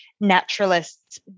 naturalists